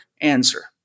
answer